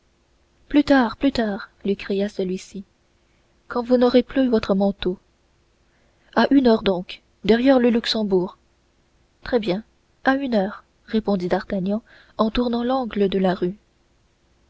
plus tard plus tard lui cria celui-ci quand vous n'aurez plus votre manteau à une heure donc derrière le luxembourg très bien à une heure répondit d'artagnan en tournant l'angle de la rue